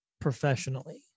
professionally